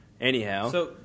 Anyhow